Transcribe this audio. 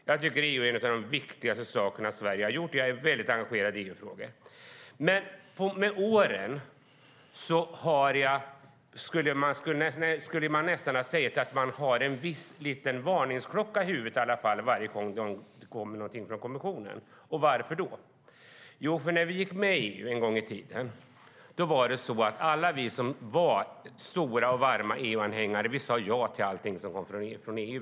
Jag tycker att gå med i EU är en av de viktigaste sakerna som Sverige har gjort, och jag är väldigt engagerad i EU-frågor. Men med årens lopp skulle man kunna säga att jag har fått en liten varningsklocka i huvudet som ringer varje gång det kommer någonting från kommissionen. Varför då? Jo, för att när vi gick med i EU en gång i tiden sade alla vi som var stora och varma anhängare av EU ja till allting som kom från EU.